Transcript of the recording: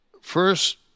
first